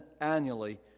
annually